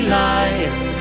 life